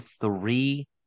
three